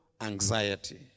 anxiety